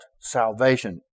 salvation